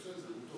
בסדר.